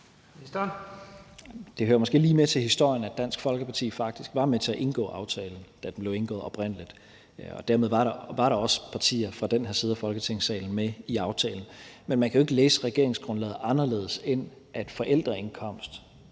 Det hører måske lige med til historien, at Dansk Folkeparti faktisk var med til at indgå aftalen, da den oprindelig blev indgået, og dermed var der også partier fra den side af Folketingssalen med i aftalen. Men man kan jo ikke læse regeringsgrundlaget anderledes, end at forældreindkomst